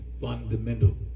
fundamental